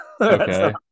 okay